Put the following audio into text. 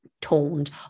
toned